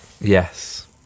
yes